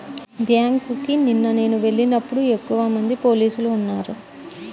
బ్యేంకుకి నిన్న నేను వెళ్ళినప్పుడు ఎక్కువమంది పోలీసులు ఉన్నారు